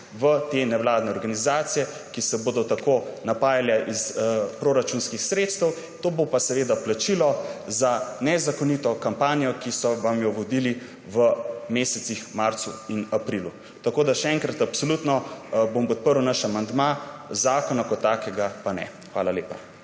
v te nevladne organizacije, ki se bodo tako napajale iz proračunskih sredstev. To bo pa plačilo za nezakonito kampanjo, ki so vam jo vodili v mesecih marcu in aprilu. Tako da še enkrat, absolutno bom podprl naš amandma, zakona kot takega pa ne. Hvala lepa.